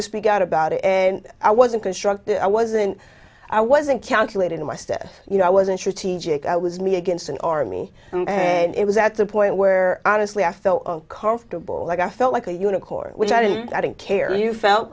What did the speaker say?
to speak out about it and i wasn't constructive i wasn't i wasn't calculating in my stead you know i wasn't sure it was me against an army and it was at the point where honestly i felt comfortable like i felt like a unicorn which i did i didn't care you felt